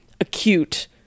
acute